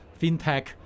fintech